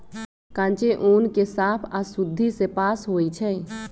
कांचे ऊन के साफ आऽ शुद्धि से पास होइ छइ